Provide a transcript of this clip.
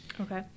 Okay